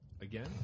again